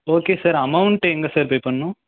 okay sir amount எங்கே sir pay பண்ணணும்